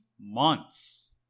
months